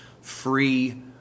free